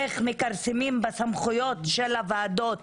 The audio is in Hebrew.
איך מכרסמים בסמכויות של הוועדות